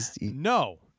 no